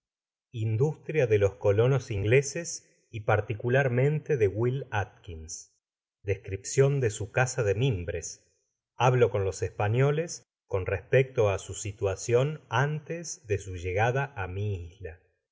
industria de los colonos ingleses y particu larmente de will atkins descripcion de su casa de mimbres hablo con los españoles con respecto á sn situacion antes de su llegada á mi